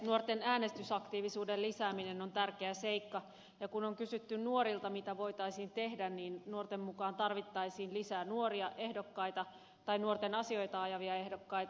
nuorten äänestysaktiivisuuden lisääminen on tärkeä seikka ja kun on kysytty nuorilta mitä voitaisiin tehdä niin nuorten mukaan tarvittaisiin lisää nuoria tai nuorten asioita ajavia ehdokkaita